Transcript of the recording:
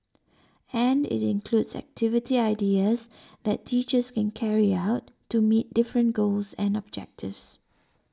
and it includes activity ideas that teachers can carry out to meet different goals and objectives